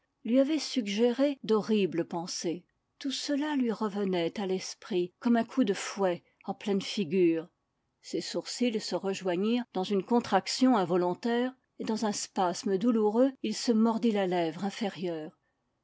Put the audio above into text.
lui avaient suggéré d'horribles pensées tout cela lui revenait à l'esprit comme un coup de fouet en pleine figure ses sourcils se rejoignirent dans une contraction involontaire et dans un spasme douloureux il se mordit la lèvre inférieure